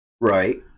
Right